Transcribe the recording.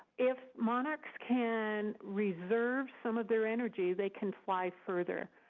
if monarchs can reserve some of their energy, they can fly further.